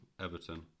Everton